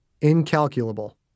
Incalculable